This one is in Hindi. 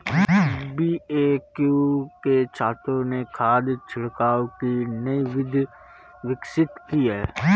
बी.ए.यू के छात्रों ने खाद छिड़काव की नई विधि विकसित की है